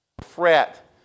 fret